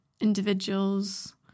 individuals